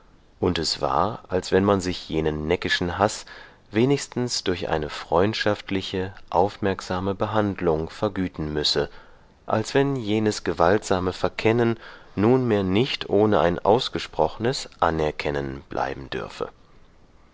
und es war als wenn man sich jenen neckischen haß wenigstens durch eine freundschaftliche aufmerksame behandlung vergüten müsse als wenn jenes gewaltsame verkennen nunmehr nicht ohne ein ausgesprochnes anerkennen bleiben dürfe